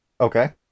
Okay